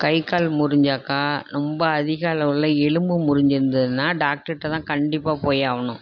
கைகால் முறிஞ்சாக்க ரொம்ப அதிக அளவில் எலும்பு முறிஞ்சுருந்ததுன்னா டாக்டர்கிட்ட தான் கண்டிப்பாக போய் ஆகணும்